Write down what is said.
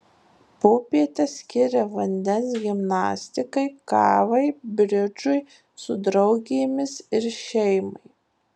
popietes skiria vandens gimnastikai kavai bridžui su draugėmis ir šeimai